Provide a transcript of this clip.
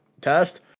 test